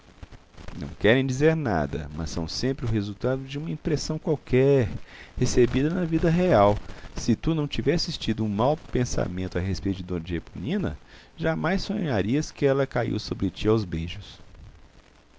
não querem dizer nada mas são sempre o resultado de uma impressão qualquer recebida na vida real se tu não tivesses tido um mau pensamento a respeito de eponina jamais sonharias que ela caiu sobre ti aos beijos